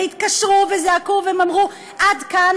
התקשרו וזעקו ואמרו: עד כאן.